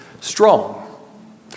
strong